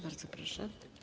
Bardzo proszę.